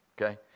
okay